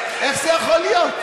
איך זה יכול להיות?